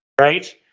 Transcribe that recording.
right